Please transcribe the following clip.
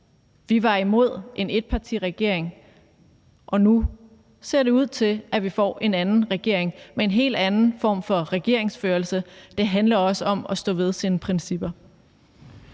Vi var imod en etpartiregering, og nu ser det ud til, at vi får en anden regering med en helt anden form for regeringsførelse. Det handler også om at stå ved sine principper.